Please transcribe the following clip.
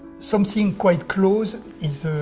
something quite close is